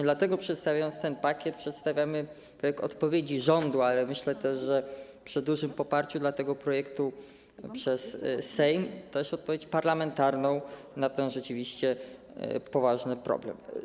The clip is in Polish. Dlatego, przedstawiając ten pakiet, przedstawiamy projekt odpowiedzi rządu, ale myślę też, że przy dużym poparciu dla tego projektu przez Sejm - również odpowiedź parlamentarną na ten rzeczywiście poważny problem.